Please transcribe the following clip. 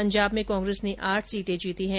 पंजाब में कांग्रेस ने आठ सीटे जीती हैं